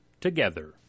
together